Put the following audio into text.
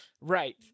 Right